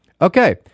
Okay